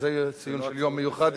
זה ציון של יום מיוחד.